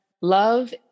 love